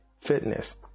fitness